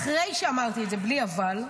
אחרי שאמרתי את זה, בלי אבל,